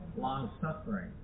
long-suffering